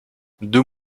deux